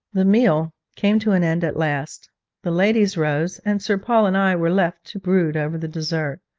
the meal came to an end at last the ladies rose, and sir paul and i were left to brood over the dessert.